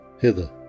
hither